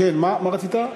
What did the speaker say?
מה רצית?